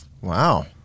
Wow